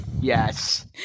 Yes